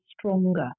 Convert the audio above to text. stronger